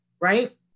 right